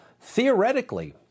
Theoretically